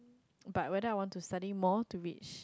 but rather I want to study more to reach